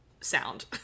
sound